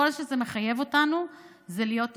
כל שזה מחייב אותנו זה להיות עקביים,